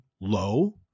low